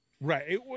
Right